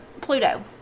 Pluto